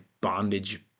bondage